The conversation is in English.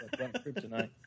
kryptonite